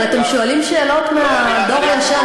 אבל אתם שואלים שאלות מהדור הישן.